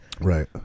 Right